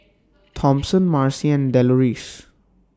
Thompson Marci and Deloris